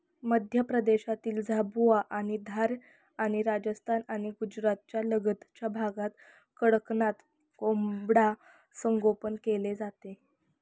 मध्य प्रदेशातील झाबुआ आणि धार आणि राजस्थान आणि गुजरातच्या लगतच्या भागात कडकनाथ कोंबडा संगोपन केले जाते